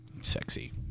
Sexy